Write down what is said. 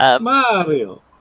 Mario